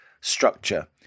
structure